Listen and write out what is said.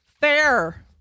Fair